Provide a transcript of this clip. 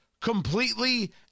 completely